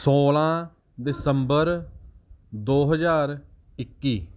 ਸੋਲਾਂ ਦਸੰਬਰ ਦੋ ਹਜ਼ਾਰ ਇੱਕੀ